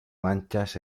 manchas